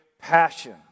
passion